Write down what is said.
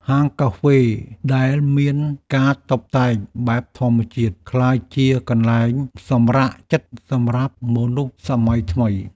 ហាងកាហ្វេដែលមានការតុបតែងបែបធម្មជាតិ ក្លាយជាកន្លែងសម្រាកចិត្តសម្រាប់មនុស្សសម័យថ្មី។